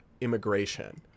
immigration